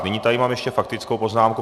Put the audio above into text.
Nyní tady mám ještě faktickou poznámku.